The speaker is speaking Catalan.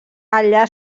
allà